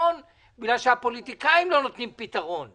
פתרון בגלל שהפוליטיקאים לא נותנים פתרון.